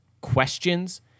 questions